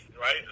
right